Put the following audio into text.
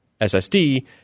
SSD